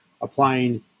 applying